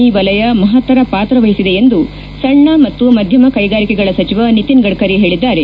E ವಲಯ ಮಹತ್ತರ ಪಾತ್ರ ವಹಿಸಿದೆ ಎಂದು ಸಣ್ಣ ಮತ್ತು ಮಧ್ಯಮ ಕೈಗಾರಿಕೆಗಳ ಸಚಿವ ನಿತಿನ್ ಗಡ್ಧರಿ ಹೇಳಿದ್ದಾರೆ